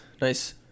Nice